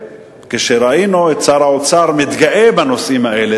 וכשראינו את שר האוצר מתגאה בנושאים האלה,